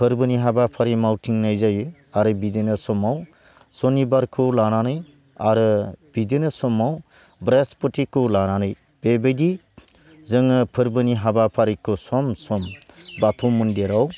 फोरबोनि हाबाफारि मावथिंनाय जायो आरो बिदिनो समाव सनिबारखौ लानानै आरो बिदिनो समाव बृहुसपुतिखौ लानानै बेबायदि जोङो फोरबोनि हाबाफारिखौ लानानै सम सम बाथौ मन्दिराव